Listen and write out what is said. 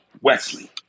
Wesley